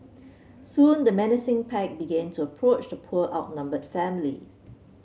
soon the menacing pack began to approach the poor outnumbered family